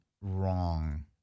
wrong